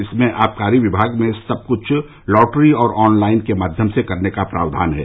इसमें आबकारी विभाग में सब कुछ लॉटरी और ऑनलाइन के माध्यम से करने का प्रस्ताव है